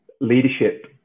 leadership